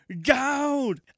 God